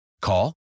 Call